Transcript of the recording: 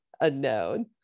unknown